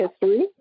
history